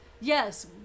Yes